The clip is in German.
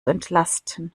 entlasten